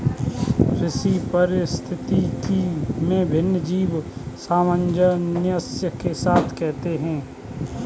कृषि पारिस्थितिकी में विभिन्न जीव सामंजस्य के साथ रहते हैं